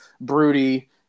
broody